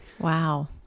wow